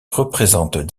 représentent